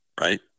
Right